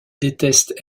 déteste